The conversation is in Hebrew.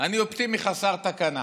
אני אופטימי חסר תקנה.